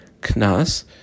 Knas